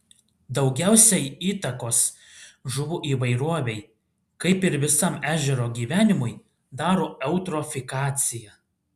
daugiausiai įtakos žuvų įvairovei kaip ir visam ežero gyvenimui daro eutrofikacija